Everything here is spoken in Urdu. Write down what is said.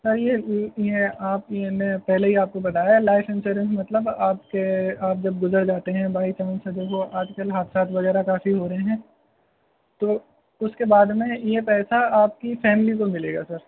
سر یہ آپ یہ میں پہلے ہی آپ کو بتایا ہے لائف انسورنس مطلب آپ کے آپ جب گزر جاتے ہیں بائی چانس اگر وہ آج کل حادثات وغیرہ کافی ہو رہے ہیں تو اس کے بعد میں یہ پیسہ آپ کی فیملی کو ملے گا سر